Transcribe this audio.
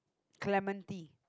Clementi